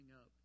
up